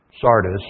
Sardis